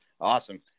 awesome